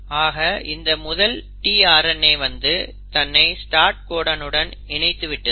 ஆக இந்த முதல் tRNA வந்து தன்னை ஸ்டார்ட் கோடனுடன் இணைத்து விட்டது